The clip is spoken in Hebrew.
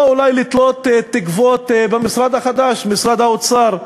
או אולי לתלות תקוות במשרד החדש, משרד האוצר,